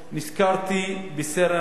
נזכרתי בסרן ר'.